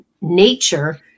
nature